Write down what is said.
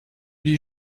die